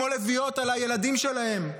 כמו לביאות על הילדים שלהם.